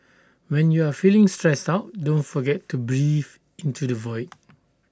when you are feeling stressed out don't forget to breathe into the void